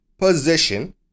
position